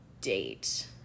date